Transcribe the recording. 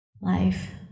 life